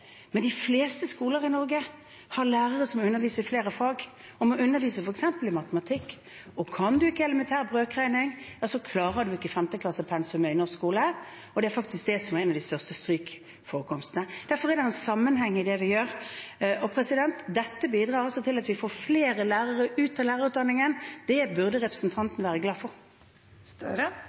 men de fleste skoler i Norge har lærere som underviser i flere fag, og man underviser f.eks. i matematikk. Kan man ikke elementær brøkregning, klarer man ikke femteklassepensumet i norsk skole, og det er faktisk det som er en av de største strykforekomstene. Derfor er det en sammenheng i det vi gjør, og dette bidrar altså til at vi får flere lærere ut av lærerutdanningen. Det burde representanten Gahr Støre være glad for. Det blir oppfølgingsspørsmål – Jonas Gahr Støre.